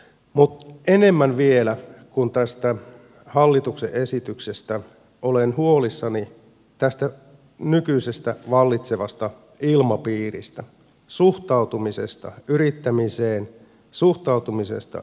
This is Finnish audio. mutta enemmän vielä kuin tästä hallituksen esityksestä olen huolissani tästä nykyisestä vallitsevasta ilmapiiristä suhtautumisesta yrittämiseen suhtautumisesta yrityksiin